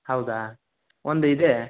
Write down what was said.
ಹೌದ ಒಂದು ಇದೆ